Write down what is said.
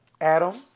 Adam